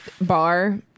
bar